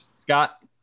Scott